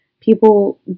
people